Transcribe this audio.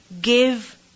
Give